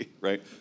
right